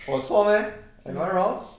我有错 meh am I wrong